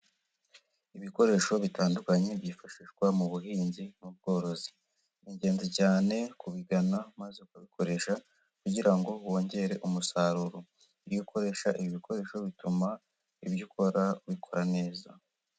Ibikoresho bitandukanye, byifashishwa mu buhinzi n'ubworozi. Ni ingenzi cyane kubigana maze ukabikoresha kugira ngo wongere umusaruro. Iyo ukoresha ibi bikoresho bituma ibyo ukora ubikora neza.